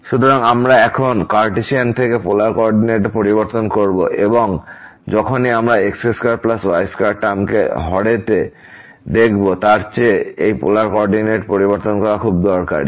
সুতরাং আমরা এখন কার্টেশিয়ান থেকে পোলার কো অর্ডিনেটে পরিবর্তন করব কারণ যখনই আমরা x2y2 টার্মকে হরেতে দেখব তার চেয়ে এই পোলার কো অর্ডিনেট পরিবর্তন করা খুব দরকারী